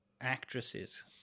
actresses